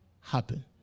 happen